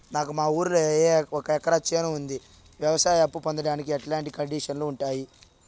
నాకు మా ఊరిలో ఒక ఎకరా చేను ఉంది, వ్యవసాయ అప్ఫు పొందడానికి ఎట్లాంటి కండిషన్లు ఉంటాయి?